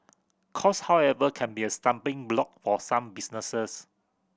cost however can be a stumbling block for some businesses